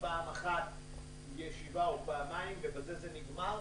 פעם אחת או פעמיים ישיבה ובזה זה נגמר.